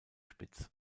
spitz